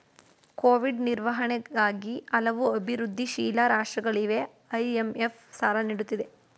Covid ನಿರ್ವಹಣೆಗಾಗಿ ಹಲವು ಅಭಿವೃದ್ಧಿಶೀಲ ರಾಷ್ಟ್ರಗಳಿಗೆ ಐ.ಎಂ.ಎಫ್ ಸಾಲ ನೀಡುತ್ತಿದೆ